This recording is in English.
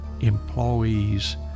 employees